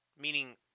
meaning